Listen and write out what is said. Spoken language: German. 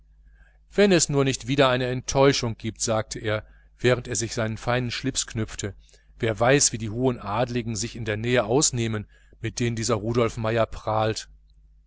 wenn es nur nicht wieder eine enttäuschung gibt sagte er während er sich eine seine krawatte knüpfte wer weiß wie die hohen aristokraten sich in der nähe ausnehmen mit denen dieser rudolf meier prahlt